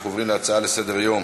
אנחנו עוברים להצעות לסדר-היום: